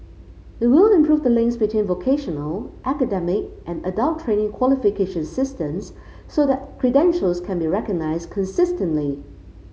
it will improve the links between vocational academic and adult training qualification systems so that credentials can be recognised consistently